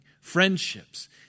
friendships